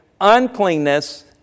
uncleanness